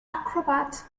acrobat